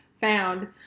found